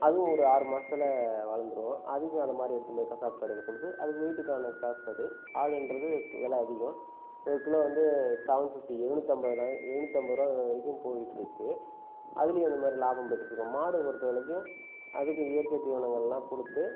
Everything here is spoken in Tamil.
அதுவும் ஒரு ஆறு மாசத்தில் வளர்ந்துடும் அதுக்கும் அதே மாதிரி எடுத்துகிட்டு போய் கசாப்பு கடையில் கொடுத்து அதுக்கு வெயிட்டுக்குகான காசு அது ஆடு என்றது விலை அதிகம் ஒரு கிலோ வந்து செவன் ஃபிஃப்ட்டி எழுநூற்றம்பது ரூபாய் எழுநூற்றம்பது ரூபா வரைக்கும் போயிட்டுருக்குது அதுலையும் இந்த மாதிரி லாபம் பெற்றிருக்கிறோம் மாடு பொறுத்த வரைக்கும் அதுக்கு இயற்கை தீவனங்கள் எல்லாம் கொடுத்து